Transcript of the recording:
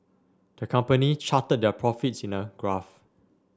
the company charted their profits in a graph